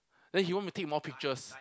and then he want me to take more pictures